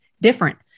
different